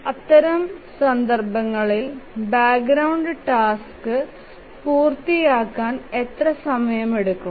അത്തരം സന്ദർഭങ്ങളിൽ background task പൂർത്തിയാക്കാൻ എത്ര സമയമെടുക്കും